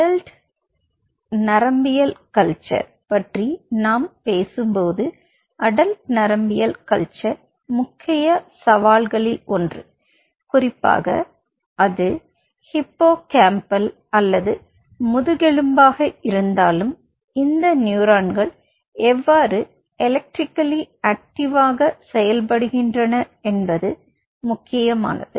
adult நரம்பியல் culture பற்றி நாம் பேசும்போது அடல்ட் நரம்பியல் கல்ச்சர் முக்கிய சவால்களில் ஒன்று குறிப்பாக அது ஹிப்போகாம்பல் அல்லது முதுகெலும்பாக இருந்தாலும் இந்த நியூரான்கள் எவ்வாறு எலெக்ட்ரிக்கல்லி ஆக்ட்டிவாக செயல்படுகின்றன என்பது முக்கியமானது